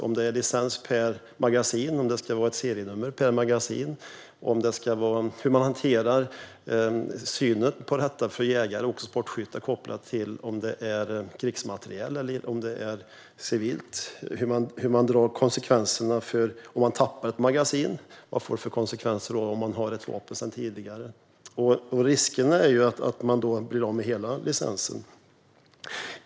Ska det vara licens per magasin? Ska det vara ett serienummer per magasin? Hur ska man hantera synen på detta kopplat till jägarna och sportskyttarna och huruvida detta är krigsmateriel eller civilt? Vilka blir konsekvenserna om någon tappar ett magasin och denna person har ett vapen sedan tidigare? Risken är att personen blir av med hela licensen.